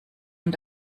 und